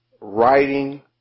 writing